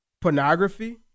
pornography